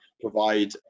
provide